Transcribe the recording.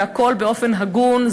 והכול באופן הגון,